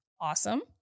Awesome